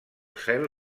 cel